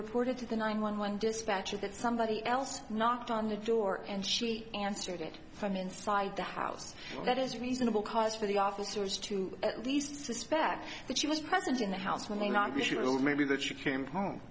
reported to the nine one one dispatcher that somebody else knocked on the door and she answered it from inside the house that is reasonable cause for the officers to at least suspect that she was present in the house when i'm sure maybe that she came home